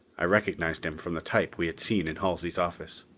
i recognized him from the type we had seen in halsey's office.